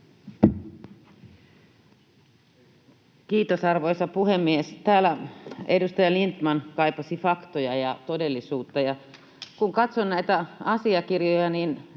Kiitos, arvoisa puhemies! Täällä edustaja Lindtman kaipasi faktoja ja todellisuutta. Kun katson näitä asiakirjoja, niin